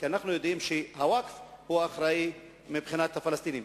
כי אנחנו יודעים שהווקף הוא האחראי מבחינת הפלסטינים.